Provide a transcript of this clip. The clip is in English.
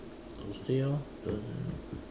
Thursday orh Thursday